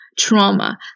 trauma